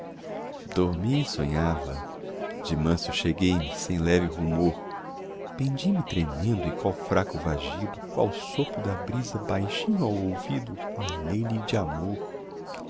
e sonhava de manso cheguei-me sem leve rumor pendi me tremendo e qual fraco vagido qual sopro da brisa baixinho ao ouvido falei-lhe de amor